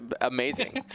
amazing